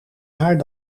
haar